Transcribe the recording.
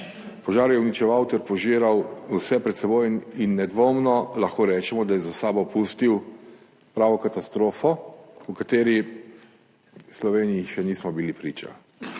Požar je uničeval ter požiral vse pred seboj in nedvomno lahko rečemo, da je za sabo pustil pravo katastrofo, ki ji v Sloveniji še nismo bili priča.